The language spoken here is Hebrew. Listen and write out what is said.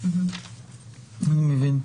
אני מבין.